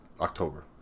October